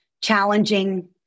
challenging